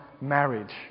marriage